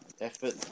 effort